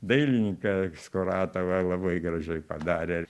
dailininkė skuratova labai gražiai padarė